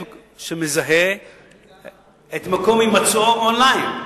שמזהה את מקום הימצאו און-ליין.